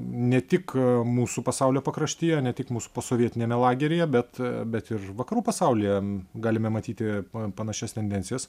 ne tik mūsų pasaulio pakraštyje ne tik mūsų posovietiniame lageryje bet bet ir vakarų pasaulyje galime matyti pa panašias tendencijas